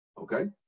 Okay